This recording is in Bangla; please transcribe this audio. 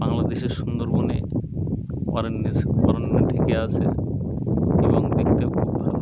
বাংলাদেশের সুন্দরবনে অরণ্যে অরণ্য ঢেকে আসে এবং দেখতেও খুব ভালো